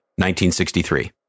1963